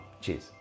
Cheers